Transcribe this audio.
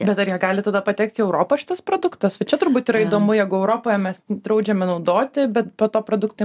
bet ar jie gali tada patekti į europą šitas produktas va čia turbūt yra įdomu jeigu europoje mes draudžiame naudoti bet po to produktu